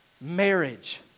Marriage